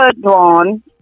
drawn